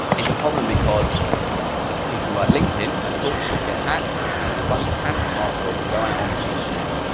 it's a problem because people like linkedin and talktalk get hacked, and a bunch of hashed passwords go out onto the internet,